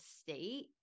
state